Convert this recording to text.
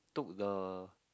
took the